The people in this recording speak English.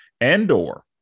Andor